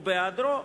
ובהיעדרו,